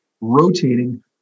rotating